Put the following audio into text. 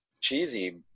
cheesy